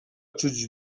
czuć